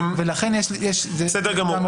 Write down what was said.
ולכן, זו נקודה מאוד משמעותית.